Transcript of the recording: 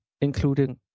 including